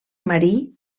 marí